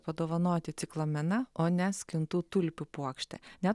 padovanoti ciklameną o ne skintų tulpių puokštę ne